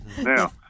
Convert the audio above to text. Now